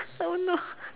I don't know